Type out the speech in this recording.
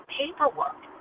paperwork